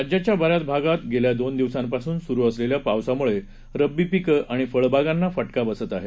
राज्याच्या बऱ्याच भागात गेल्या दोन दिवसांपासून सुरू असलेल्या पावसामुळे रब्बी पिकं आणि फळबागांना फटका बसत आहे